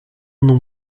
non